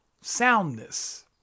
soundness